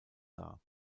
dar